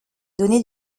données